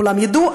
כולם ידעו,